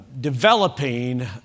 developing